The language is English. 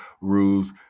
rules